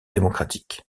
démocratique